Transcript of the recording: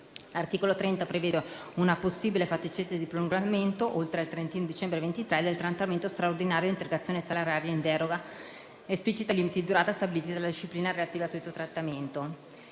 L'articolo 30 prevede una possibile fattispecie di prolungamento - non oltre il 31 dicembre 2023 - del trattamento straordinario di integrazione salariale in deroga esplicita ai limiti di durata stabiliti dalla disciplina relativa al suddetto trattamento.